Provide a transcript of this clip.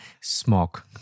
smog